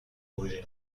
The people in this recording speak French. d’origine